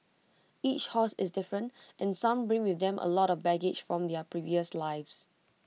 each horse is different and some bring with them A lot of baggage from their previous lives